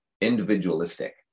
Individualistic